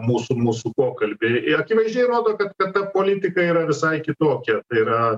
mūsų mūsų pokalbį ir akivaizdžiai rodo kad kad ta politika yra visai kitokia tai yra